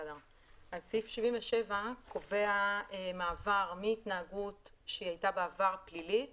סעיף 77 קובע מעבר מהתנהגות שהייתה בעבר פלילית